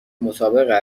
مطابق